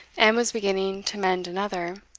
and was beginning to mend another,